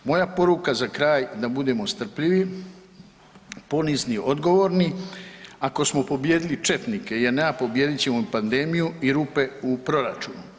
Moja poruka za kraj da budemo strpljivi, ponizni, odgovorni, ako smo pobijedili četnike i JNA, pobijedit ćemo i pandemiju i rupe u proračunu.